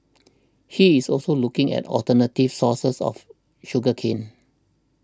he is also looking at alternative sources of sugar cane